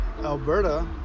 Alberta